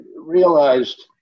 realized